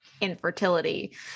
infertility